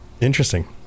Interesting